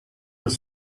was